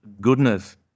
goodness